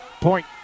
point